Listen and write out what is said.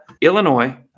Illinois